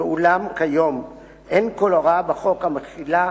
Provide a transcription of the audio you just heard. ואולם כיום אין כל הוראה בחוק המחילה